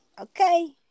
Okay